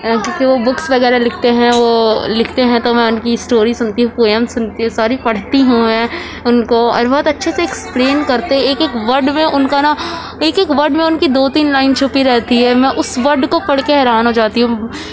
کیونکہ وہ بکس وغیرہ لکھتے ہیں وہ لکھتے ہیں تو میں ان کی اسٹوری سنتی ہوں پویم سنتی ہوں ساری پڑھتی ہوں میں ان کو اور بہت اچھے سے ایکسپلین کر کے ایک ورڈ میں ان کا نہ ایک ایک ورڈ میں ان کی دو تین لائن چھپی رہتی ہے میں اس ورڈ کو پڑھ کے حیران ہو جاتی ہوں